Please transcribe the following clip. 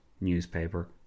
newspaper